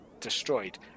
destroyed